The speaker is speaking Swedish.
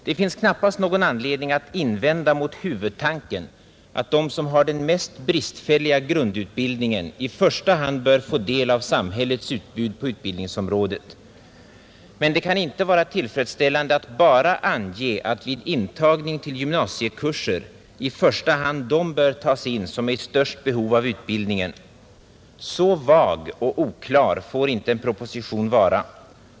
Det finns knappast någon anledning att invända mot huvudtanken att de som har den mest bristfälliga grundutbildningen i första hand bör få del av samhällets utbud på utbildningsområdet. Men det kan inte vara tillfredsställande att bara ange att vid intagning till gymnasiekurser i första hand de bör tas in som är i största behov av utbildningen. Så vag och oklar får inte en proposition vara.